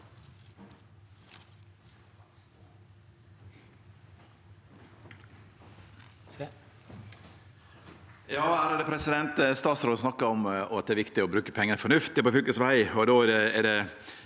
Statsråden snakka om at det er viktig å bruke pengane fornuftig på fylkesveg,